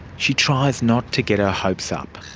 she tries not to get her hopes up.